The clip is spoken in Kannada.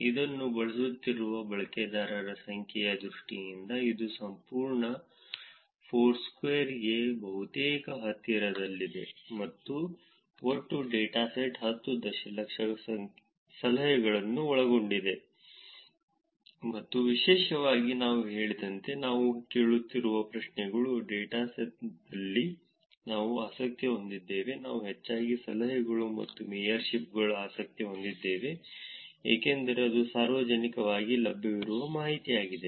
ಇದನ್ನು ಬಳಸುತ್ತಿರುವ ಬಳಕೆದಾರರ ಸಂಖ್ಯೆಯ ದೃಷ್ಟಿಯಿಂದ ಇದು ಸಂಪೂರ್ಣ ಫೋರ್ಸ್ಕ್ವೇರ್ಗೆ ಬಹುತೇಕ ಹತ್ತಿರದಲ್ಲಿದೆ ಮತ್ತು ಒಟ್ಟು ಡೇಟಾಸೆಟ್ 10 ದಶಲಕ್ಷ ಸಲಹೆಗಳನ್ನು ಒಳಗೊಂಡಿದೆ ಮತ್ತು ವಿಶೇಷವಾಗಿ ನಾನು ಹೇಳಿದಂತೆ ನಾವು ಕೇಳುತ್ತಿರುವ ಪ್ರಶ್ನೆಗಳು ಡೇಟಾದಲ್ಲಿ ನಾವು ಆಸಕ್ತಿ ಹೊಂದಿದ್ದೇವೆ ನಾವು ಹೆಚ್ಚಾಗಿ ಸಲಹೆಗಳು ಮತ್ತು ಮೇಯರ್ಶಿಪ್ಗಳು ಆಸಕ್ತಿ ಹೊಂದಿದ್ದೇವೆ ಏಕೆಂದರೆ ಅದು ಸಾರ್ವಜನಿಕವಾಗಿ ಲಭ್ಯವಿರುವ ಮಾಹಿತಿಯಾಗಿದೆ